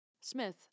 Smith